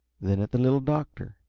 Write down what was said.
then at the little doctor,